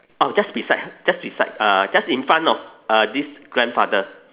orh just beside just beside uh just in front of uh this grandfather